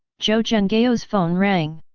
zhou zhenghao's phone rang.